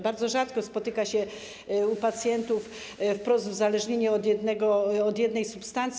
Bardzo rzadko spotyka się u pacjentów wprost uzależnienie od jednej substancji.